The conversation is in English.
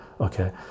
Okay